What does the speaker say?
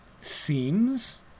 seems